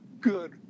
good